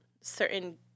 certain